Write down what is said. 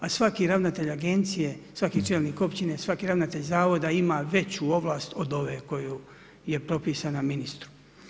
A svaki ravnatelj agencije, svaki čelnik općine, svaki ravnatelj zavoda ima veću ovlast od ove koju je propisana ministru.